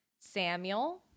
Samuel